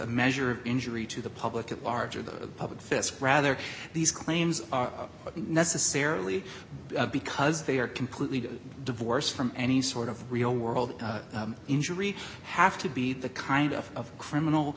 a measure of injury to the public at large or the public fisc rather these claims are necessarily because they are completely divorced from any sort of real world injury have to be the kind of criminal